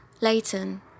Leighton